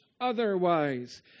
otherwise